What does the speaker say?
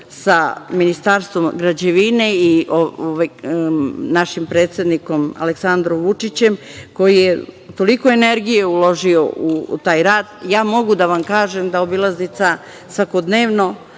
sa Ministarstvom građevine i našim predsednikom Aleksandrom Vučićem, koji je toliko energije uložio u taj rad, ja mogu da vam kažem da obilaznica svakodnevno